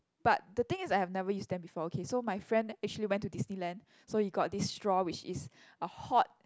but the thing is I have never use them before okay so my friend actually went to Disneyland so he got this straw which is a hot